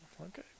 okay